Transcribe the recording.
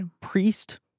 priest